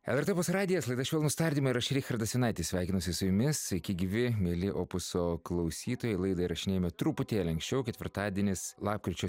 lrt opus radijas laida švelnūs tardymai ir aš richardas jonaitis sveikinuosi su jumis sveiki gyvi mieli opuso klausytojai laidą įrašinėjame truputėlį anksčiau ketvirtadienis lapkričio